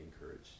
encouraged